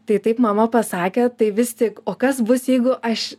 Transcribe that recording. tai taip mama pasakė tai vis tik o kas bus jeigu aš